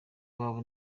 iwabo